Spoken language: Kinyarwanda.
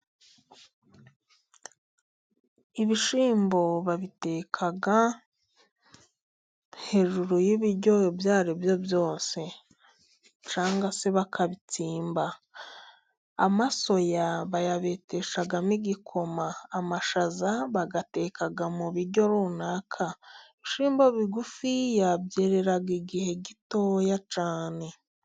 Ibishyimbo babiteka hejuru y'ibiryo ibyo ari byo byose cyangwa se bakabitsimba, amasoya bayabeteshamo igikoma ,amashaza bayateka mu biryo runaka, ibishyimbo bigufiya byerera igihe gitoya cyane.